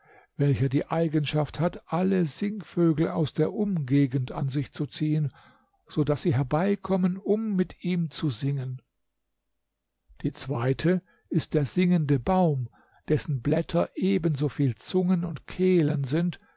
welcher die eigenschaft hat alle singvögel aus der ganzen umgegend an sich zu ziehen so daß sie herbeikommen um mit ihm zu singen die zweite ist der singende baum dessen blätter ebensoviel zungen und kehlen sind